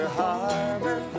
harbor